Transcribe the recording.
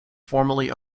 formally